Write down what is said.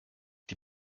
die